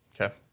Okay